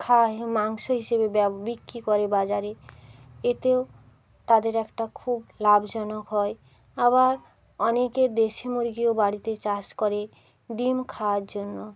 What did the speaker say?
খায় মাংস হিসেবে বিক্রি করে বাজারে এতেও তাদের একটা খুব লাভজনক হয় আবার অনেকে দেশি মুরগিও বাড়িতে চাষ করে ডিম খাওয়ার জন্য